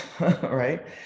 right